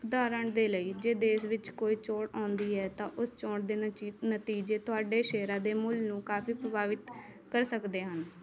ਉਦਾਹਰਣ ਦੇ ਲਈ ਜੇ ਦੇਸ਼ ਵਿੱਚ ਕੋਈ ਚੋਣ ਆਉਂਦੀ ਹੈ ਤਾਂ ਉਸ ਚੋਣ ਦੇ ਨਚੀ ਨਤੀਜੇ ਤੁਹਾਡੇ ਸ਼ੇਅਰਾਂ ਦੇ ਮੁੱਲ ਨੂੰ ਕਾਫ਼ੀ ਪ੍ਰਭਾਵਿਤ ਕਰ ਸਕਦੇ ਹਨ